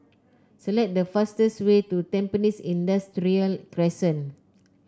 select the fastest way to Tampines Industrial Crescent